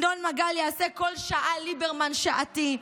ינון מגל יעשה כל שעה ליברמן שעתי.